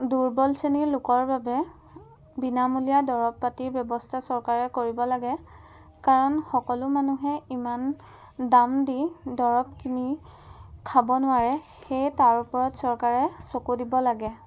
দূৰ্বল শ্ৰেণীৰ লোকৰ বাবে বিনামূলীয়া দৰৱ পাতিৰ ব্যৱস্থা চৰকাৰে কৰিব লাগে কাৰণ সকলো মানুহে ইমান দাম দি দৰৱ কিনি খাব নোৱাৰে সেয়ে তাৰ ওপৰত চৰকাৰে চকু দিব লাগে